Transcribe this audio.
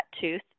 tooth